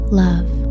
love